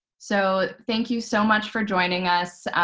so thank you so much for joining us.